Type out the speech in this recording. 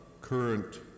current